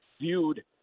viewed